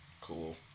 cool